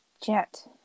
Jet